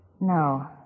No